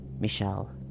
Michelle